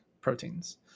proteins